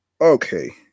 Okay